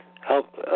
Help